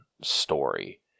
story